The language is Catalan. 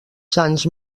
sants